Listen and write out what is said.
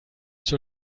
zur